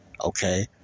Okay